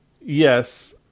yes